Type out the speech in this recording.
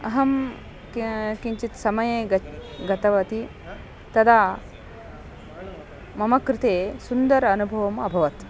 अहं की किञ्चित् समये गत् गतवती तदा मम कृते सुन्दर अनुभवः अभवत्